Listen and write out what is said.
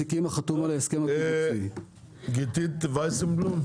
גיתית וייסבלום?